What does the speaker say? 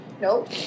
Nope